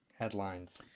Headlines